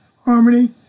harmony